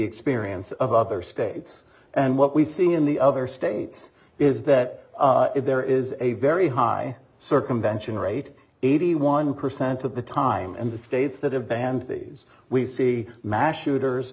experience of other states and what we see in the other states is that if there is a very high circumvention rate eighty one percent of the time in the states that have banned these we see mash routers